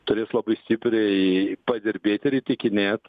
turės labai stipriai padirbėt ir įtikinėt